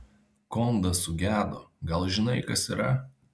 kondas sugedo gal žinai kas yra